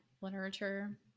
literature